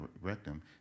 rectum